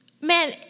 man